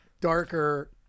darker